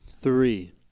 Three